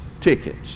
tickets